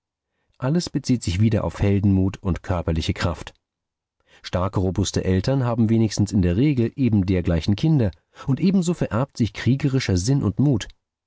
alles bezieht sich wieder auf heldenmut und körperliche kraft starke robuste eltern haben wenigstens in der regel eben dergleichen kinder und ebenso vererbt sich kriegerischer sinn und mut